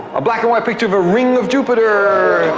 a black and white picture of a ring of jupiter!